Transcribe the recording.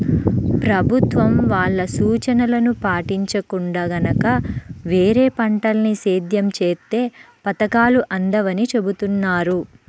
ప్రభుత్వం వాళ్ళ సూచనలను పాటించకుండా గనక వేరే పంటల్ని సేద్యం చేత్తే పథకాలు అందవని చెబుతున్నారు